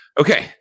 Okay